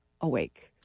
awake